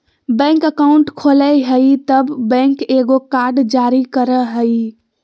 bank account खोलय हइ तब बैंक एगो कार्ड जारी करय हइ